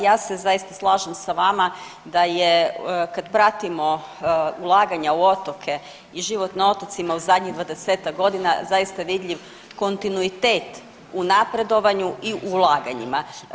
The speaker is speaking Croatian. Ja se zaista slažem sa vama da je kad pratimo ulaganja u otoke i život na otocima u zadnjih 20-ak godina zaista je vidljiv kontinuitet u napredovanju i u ulaganjima.